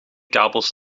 kabels